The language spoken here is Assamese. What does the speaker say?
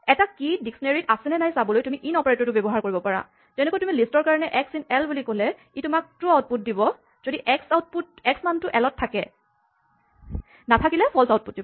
এটা কীচাবি ডিস্কনেৰীঅভিধানত আছে নে নাই চাবলৈ তুমি ইন অপাৰেটৰটো ব্যৱহাৰ কৰিব পাৰা যেনেকে তুমি লিষ্টৰ কাৰণে এক্স ইন এল বুলি ক'লে ই তোমাক ট্ৰো বুলি আউটপুট দিব যদি এক্স মানটো এল ত থাকে নাথাকিলে ফল্ছ আউটপুট দিব